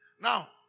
Now